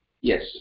Yes